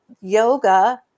Yoga